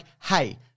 hey